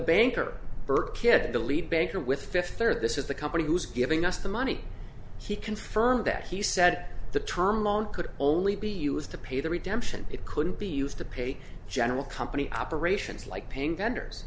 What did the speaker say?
banker burke kid the lead banker with fifty or this is the company who is giving us the money he confirmed that he said the term loan could only be used to pay the redemption it couldn't be used to pay general company operations like paying vendors